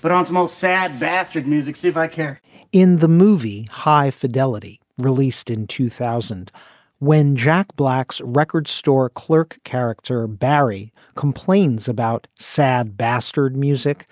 but aren't the most sad bastard music see if i care in the movie high fidelity released in two thousand when jack black's record store clerk character barry complains about sad bastard music.